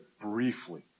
briefly